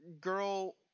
girl